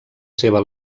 seva